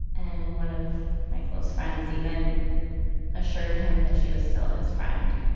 and one of my close friends even assured him that she was still his friend.